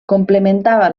complementava